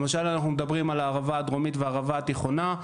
למשל אנחנו מדברים על הערבה הדרומית והערבה התיכונה,